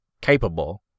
capable